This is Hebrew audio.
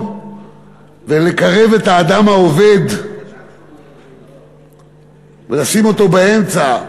ולקרב את האדם העובד ולשים אותו באמצע.